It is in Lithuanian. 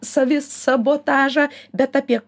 savisabotažą bet apie